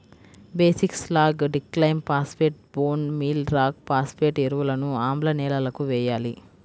basic slag, డిక్లైమ్ phosphate, bone meal rock phosphate ఎరువులను ఆమ్ల నేలలకు వేయాలి